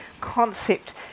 concept